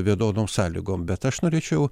vienodom sąlygom bet aš norėčiau